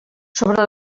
sobre